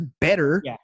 better